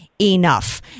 enough